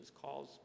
calls